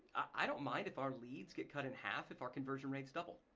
i don't mind if our leads get cut in half if our conversion rates double.